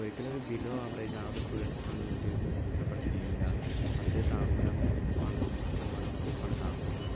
ഒരിക്കലും ഒരു below average average സ്റ്റുഡൻസിനൊന്നും ഇത് പ്രിഫറ് ചെയ്യൂല അവർക്കിത് താങ്ങൂലാന്ന് ഉറപ്പാണ് നൂറ് ശതമാനം ഉറപ്പാണ് താങ്ങൂലാന്ന്